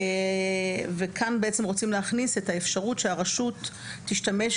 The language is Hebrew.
וכאן רוצים להכניס את האפשרות שהרשות תשתמש